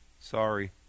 Sorry